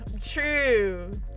true